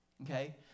okay